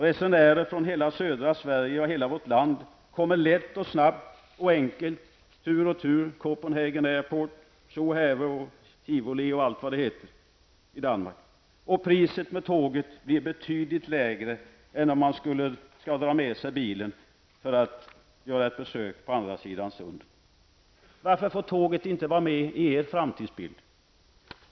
Resenärer från hela södra Sverige, hela vårt land, kommer lätt, snabbt och enkelt tur och retur Copenhagen Airport, Zoo Have och Tivoli. Priset med tåget blir dessutom betydligt lägre än om man skulle dra med sig bilen vid ett besök på andra sidan sundet. Varför får tåget inte vara med i er framtidsbild?